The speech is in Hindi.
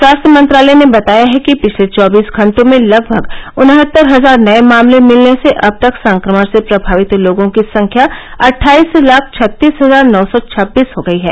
स्वास्थ्य मंत्रालय ने बताया है कि पिछले चौबीस घटों में लगभग उनहत्तर हजार नये मामले मिलने से अब तक संक्रमण से प्रभावित लोगों की संख्या अटठाईस लाख छत्तीस हजार नौ सौ छब्बीस हो गई है